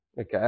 Okay